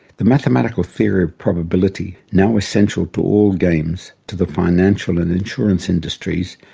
the mathematical theory of probability, now essential to all games, to the financial and insurance industries,